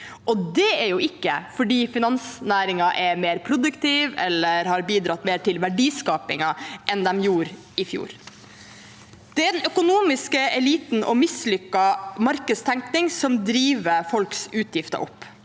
Det er jo ikke fordi finansnæringen er mer produktiv eller har bidratt mer til verdiskapingen enn den gjorde i fjor. Det er den økonomiske eliten og mislykket markedstenkning som driver folks utgifter opp.